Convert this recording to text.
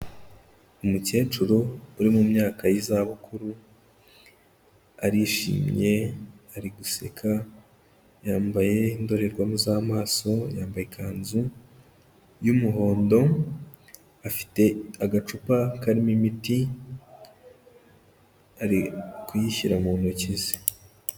Umukecuru uri mu myaka y'izabukuru arishimye ari guseka, yambaye indorerwamu z'amaso yambaye ikanzu y'umuhondo, afite agacupa karimo imiti ari kuyishyira mu ntoki ze.